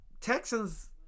Texans